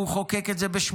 הוא חוקק את זה ב-1988,